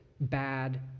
bad